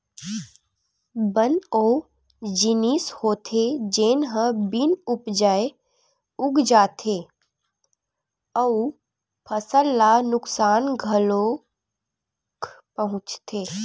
बन ओ जिनिस होथे जेन ह बिन उपजाए उग जाथे अउ फसल ल नुकसान घलोक पहुचाथे